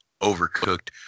overcooked